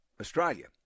Australia